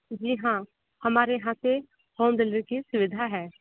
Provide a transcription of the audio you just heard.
जी हाँ हमारे यहाँ से होम डिलिवरी की सुविधा है